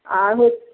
আর